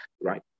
right